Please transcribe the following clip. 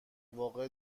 واقع